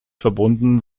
verbunden